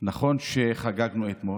נכון שחגגנו אתמול,